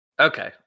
Okay